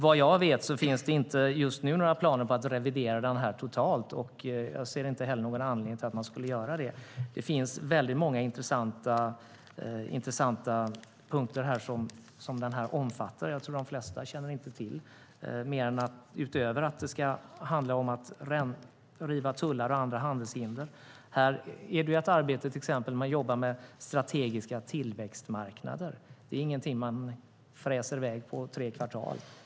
Vad jag vet finns det inte just nu några planer på att revidera den totalt, och jag ser inte heller någon anledning till att man skulle göra det. Den omfattar väldigt många intressanta punkter, och jag tror att de flesta inte känner till mer än att det ska handla om att riva tullar och andra handelshinder. Här är det ju ett arbete där man till exempel jobbar med strategiska tillväxtmarknader. Det är ingenting man fräser i väg på tre kvartal.